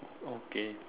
okay